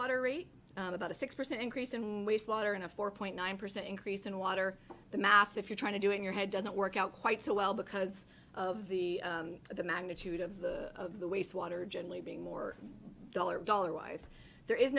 rate about a six percent increase in waste water in a four point nine percent increase in water the math if you're trying to do in your head doesn't work out quite so well because of the the magnitude of the wastewater generally being more dollars dollar wise there is